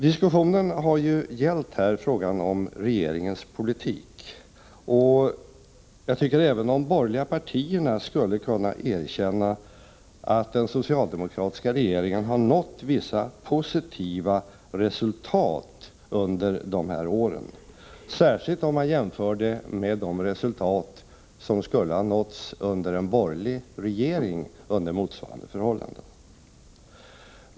Diskussionen har här gällt regeringens politik, och jag tycker att även de borgerliga partierna skulle kunna erkänna att den socialdemokratiska regeringen har nått vissa positiva resultat under de här åren, särskilt om man jämför med de resultat som skulle ha nåtts med en borgerlig regering under motsvarande förhållanden.